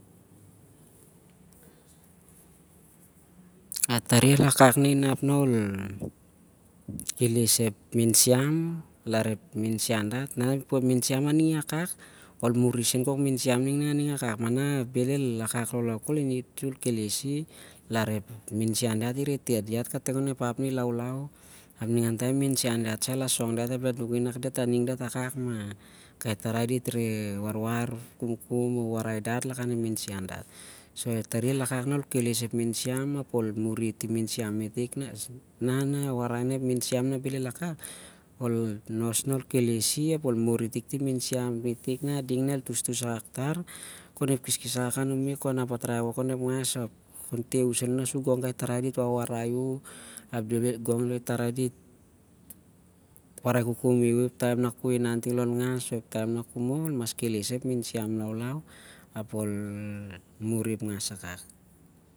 Ati- tari iwakak nah ol keles ep mimsiam, nah ep minsiam aning iwakak mah nah bhel iwakak laulau khol, ol kelesi. Larep mirisian dat sah- asong dat kanak i wakak. Ap dat reh mat lakan ep mirisian nah bhel iwakak khon muri ap al muri ep minsiam mete'k.